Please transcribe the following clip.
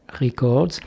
Records